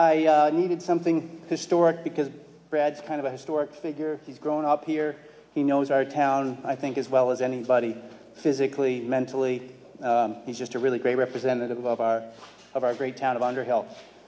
bubba needed something historic because brad's kind of a historic figure he's grown up here he knows our town i think as well as anybody physically mentally he's just a really great representative of our of our great town of under help